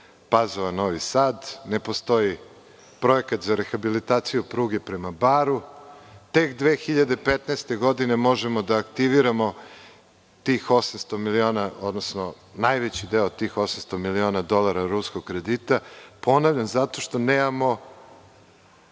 Pazova - Novi Sad, ne postoji projekat za rehabilitaciju pruge prema Baru i tek 2015. godine možemo da aktiviramo tih 800 miliona dolara, odnosno najveći deo od tog ruskog kredita. Ponavljam, zato što nemamo